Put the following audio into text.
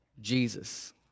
Jesus